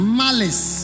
malice